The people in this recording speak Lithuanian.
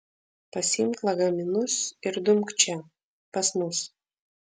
pasiimk lagaminus ir dumk čia pas mus